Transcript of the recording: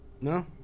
No